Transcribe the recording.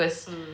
mm